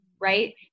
right